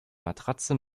matratze